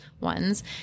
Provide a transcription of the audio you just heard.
ones